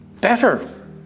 Better